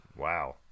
Wow